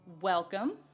welcome